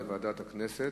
לוועדת הכנסת.